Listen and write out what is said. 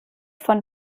von